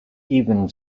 even